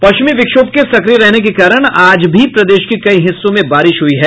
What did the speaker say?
पश्चिमी विक्षोभ के सक्रिय रहने के कारण आज भी प्रदेश के कई हिस्सों में बारिश हुई है